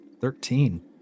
Thirteen